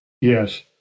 Yes